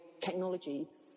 technologies